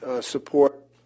support